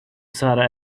sarra